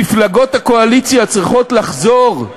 מפלגות הקואליציה צריכות לחזור,